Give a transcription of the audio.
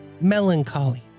melancholy